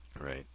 right